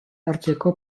hartzeko